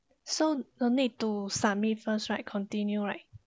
so no need to submit first right continue right